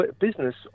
business